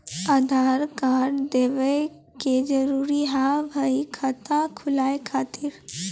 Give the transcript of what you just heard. आधार कार्ड देवे के जरूरी हाव हई खाता खुलाए खातिर?